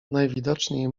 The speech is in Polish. najwidoczniej